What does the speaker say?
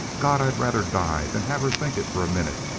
god! i'd rather die than have her think it for a minute.